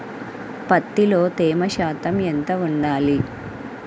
పత్తిలో తేమ శాతం ఎంత ఉండాలి?